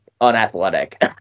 unathletic